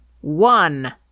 one